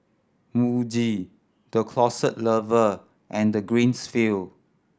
Muji The Closet Lover and Greenfields